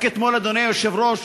רק אתמול, אדוני היושב-ראש,